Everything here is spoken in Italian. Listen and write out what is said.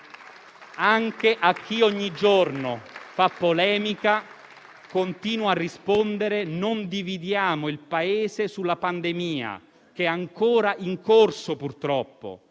Anche a chi ogni giorno fa polemica continuo a rispondere: non dividiamo il Paese sulla pandemia, che è ancora in corso, purtroppo.